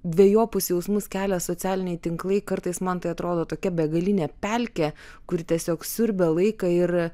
dvejopus jausmus kelia socialiniai tinklai kartais man tai atrodo tokia begalinė pelkė kuri tiesiog siurbia laiką ir